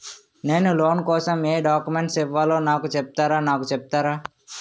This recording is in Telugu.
నేను లోన్ కోసం ఎం డాక్యుమెంట్స్ ఇవ్వాలో నాకు చెపుతారా నాకు చెపుతారా?